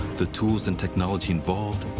the tools and technology involved,